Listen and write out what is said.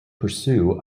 pursue